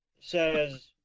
says